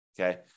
Okay